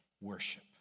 worship